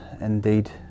indeed